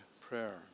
prayer